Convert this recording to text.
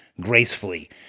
gracefully